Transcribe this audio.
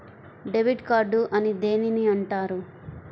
Debit card అని దేనిని అంటారు?